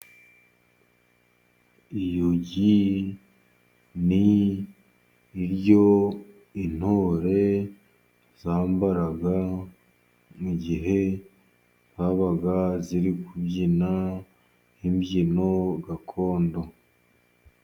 Iyugi ni ryo intore zambaraga ,mu gihe zabaga ziri kubyina imbyino gakondo.